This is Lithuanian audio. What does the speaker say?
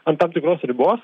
ant tam tikros ribos